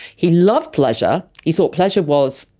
he loved pleasure. he thought pleasure was,